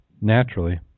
naturally